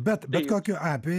bet bet kokiu apei